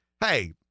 hey